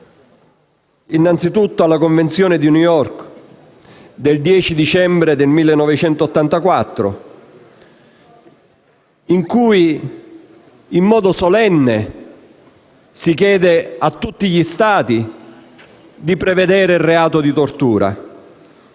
innanzitutto alla Convenzione di New York del 10 dicembre 1984, con cui in modo solenne si chiede a tutti gli Stati di prevedere il reato di tortura,